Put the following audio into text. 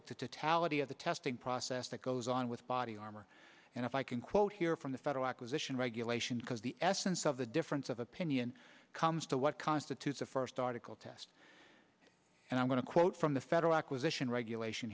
of the testing process that goes on with body armor and if i can quote here from the federal acquisition regulations because the essence of the difference of opinion comes to what constitutes a first article test and i'm going to quote from the federal